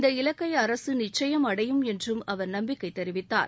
இந்த இலக்கை அரசு நிச்சயம் அடையும் என்றும் அவர் நம்பிக்கை தெரிவித்தார்